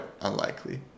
unlikely